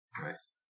Nice